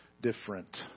Different